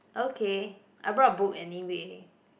okay I brought a book anyway